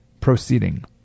proceeding